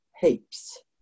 heaps